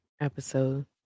episode